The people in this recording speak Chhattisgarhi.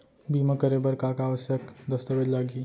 बीमा करे बर का का आवश्यक दस्तावेज लागही